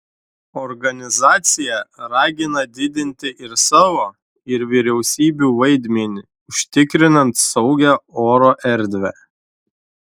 organizacija ragina didinti ir savo ir vyriausybių vaidmenį užtikrinant saugią oro erdvę